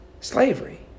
Slavery